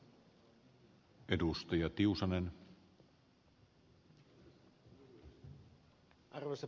arvoisa puhemies